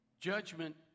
judgment